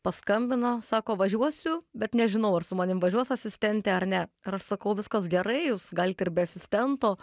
paskambino sako važiuosiu bet nežinau ar su manim važiuos asistentė ar ne ir aš sakau viskas gerai jūs galit ir be asistento